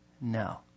No